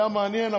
היה מעניין,